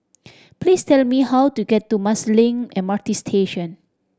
please tell me how to get to Marsiling M R T Station